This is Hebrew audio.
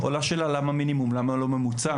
עולה השאלה למה מינימום, למה לא ממוצע?